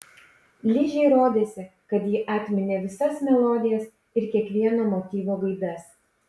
ližei rodėsi kad ji atminė visas melodijas ir kiekvieno motyvo gaidas